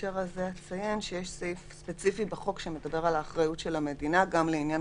בהקשר הזה שיש סעיף ספציפי בחוק שמדבר על האחריות של המדינה בעניין